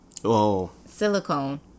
silicone